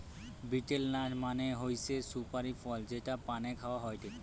betel nut মানে হৈসে সুপারি ফল যেটা পানে খাওয়া হয়টে